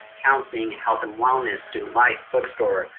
counseling, health and wellness, student life, bookstore,